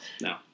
no